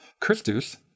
Christus